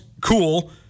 cool